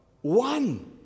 one